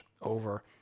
over